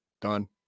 done